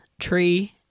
tree